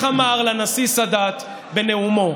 וכך אמר לנשיא סאדאת בנאומו,